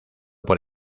por